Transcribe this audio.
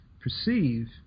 perceive